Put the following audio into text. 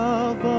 Love